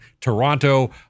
Toronto